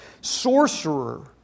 sorcerer